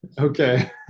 Okay